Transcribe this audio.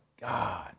God